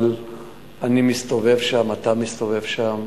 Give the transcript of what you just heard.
אבל אני מסתובב שם, אתה מסתובב שם,